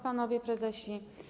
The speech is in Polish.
Panowie Prezesi!